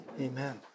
Amen